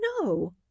no